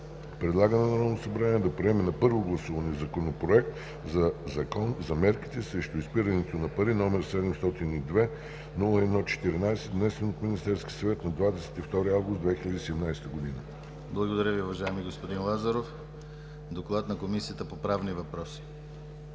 предлага на Народното събрание да приеме на първо гласуване Законопроекта на Закон за мерките срещу изпирането на пари, № 702-01-14, внесен от Министерския съвет на 22 август 2017 г.“ ПРЕДСЕДАТЕЛ ДИМИТЪР ГЛАВЧЕВ: Благодаря Ви, уважаеми господин Лазаров. С доклада на Комисията по правни въпроси